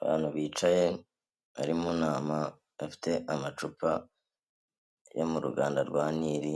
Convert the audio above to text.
Abantu bicaye bari mu nama bafite amacupa yo mu ruganda rwa Nile,